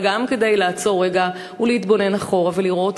אבל גם כדי לעצור רגע ולהתבונן אחורה ולראות